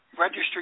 register